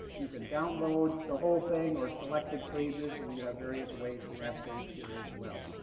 you can download the whole thing or selected pages, and you have various ways to navigate here as well.